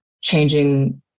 changing